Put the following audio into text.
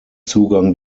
zugang